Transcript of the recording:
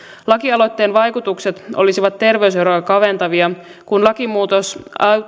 lakialoitteen vaikutukset olisivat terveyseroja kaventavia kun lakimuutos